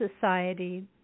society